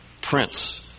prince